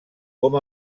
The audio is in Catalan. com